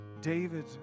David